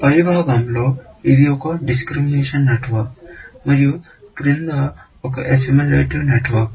పైభాగంలో ఇది ఒక డిస్క్రిమినేషన్ నెట్వర్క్ మరియు క్రింద ఒక అస్సిమిలేటివ్ నెట్వర్క్